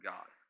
God